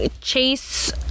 Chase